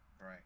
Right